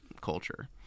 culture